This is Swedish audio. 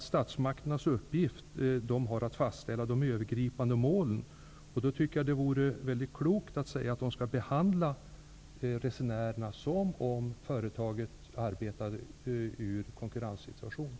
Statsmakternas uppgift är att fastställa de övergripande målen. Då tycker jag att det vore klokt att säga att SJ skall behandla resenärerna som om företaget arbetade i en konkurrenssituation.